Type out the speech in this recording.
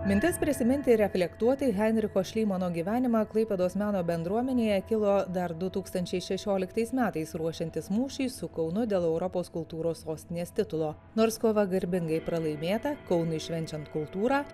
mintis prisiminti ir reflektuoti henriko šlymano gyvenimą klaipėdos meno bendruomenėje kilo dar du tūkstančiai šešioliktais metais ruošiantis mūšiui su kaunu dėl europos kultūros sostinės titulo nors kova garbingai pralaimėta kaunui švenčiant kultūrą